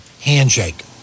handshake